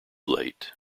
late